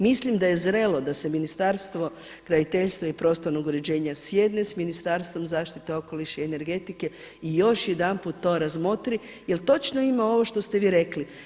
Mislim da je zrelo da se Ministarstvo graditeljstva i prostornog uređenja sjedne s Ministarstvom zaštite okoliša i energetike i još jedanput to razmotri jer točno ima ovo što ste vi rekli.